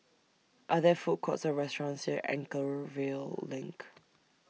Are There Food Courts Or restaurants near Anchorvale LINK